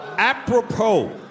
Apropos